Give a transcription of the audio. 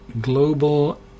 Global